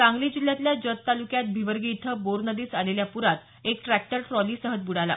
सांगली जिल्ह्यातल्या जत तालुक्यात भिवर्गी इथं बोर नदीस आलेल्या प्रात एक ट्रॅक्टर ट्रॉली सहित ब्रुडाला